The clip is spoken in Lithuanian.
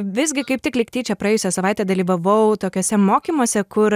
visgi kaip tik lyg tyčia praėjusią savaitę dalyvavau tokiuose mokymuose kur